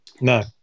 No